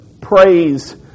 praise